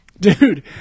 Dude